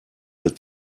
der